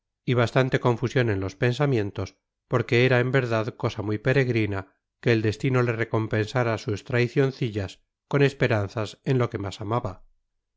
y bastante confusión en los pensamientos porque era en verdad cosa muy peregrina que el destino le recompensara sus traicioncillas con esperanzas en lo que más amaba